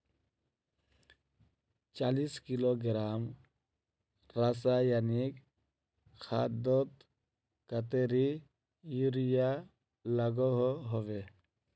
चालीस किलोग्राम रासायनिक खादोत कतेरी यूरिया लागोहो होबे?